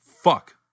fuck